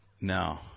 No